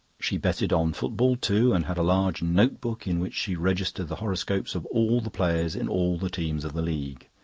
she betted on football too, and had a large notebook in which she registered the horoscopes of all the players in all the teams of the league.